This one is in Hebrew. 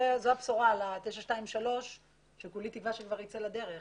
זו הבשורה ל-923 שכולי תקוה שתצא לדרך.